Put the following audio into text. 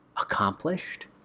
accomplished